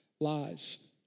lies